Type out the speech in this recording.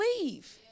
leave